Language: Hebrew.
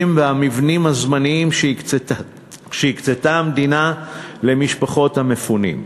ובמבנים הזמניים שהמדינה הקצתה למשפחות המפונים.